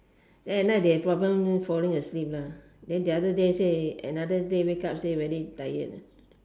then at night they have problem falling asleep lah then the other day say another day wake up say very tired